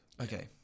okay